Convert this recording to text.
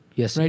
yes